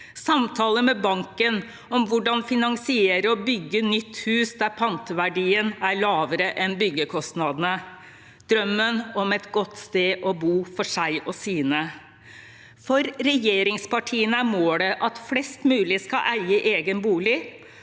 samtaler med banken om hvordan finansiere og bygge nytt hus der panteverdien er lavere enn byggekostnadene – drømmen om et godt sted å bo for seg og sine For regjeringspartiene er målet at flest mulig skal eie egen bolig,